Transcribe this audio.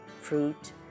fruit